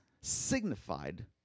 signified